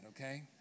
okay